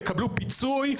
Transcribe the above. יקבלו פיצוי.